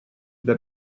that